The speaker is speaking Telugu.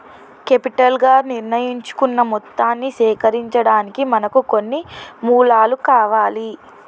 కేపిటల్ గా నిర్ణయించుకున్న మొత్తాన్ని సేకరించడానికి మనకు కొన్ని మూలాలు కావాలి